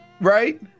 Right